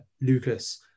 Lucas